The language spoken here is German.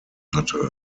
hatte